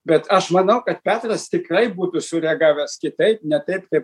bet aš manau kad petras tikrai būtų sureagavęs kitaip ne taip kaip